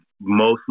mostly